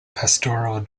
pastoral